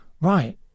right